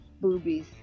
boobies